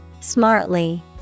Smartly